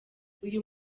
uyu